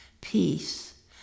peace